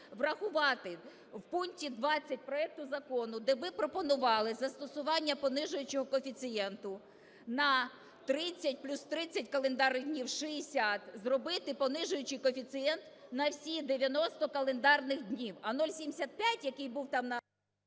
врахувати: у пункті 20 проект закону, де ви пропонували застосування понижуючого коефіцієнту на 30 плюс 30 календарних днів – 60, зробити понижуючий коефіцієнт на всі 90 календарних днів,